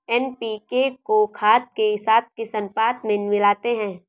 NPK को खाद के साथ किस अनुपात में मिलाते हैं?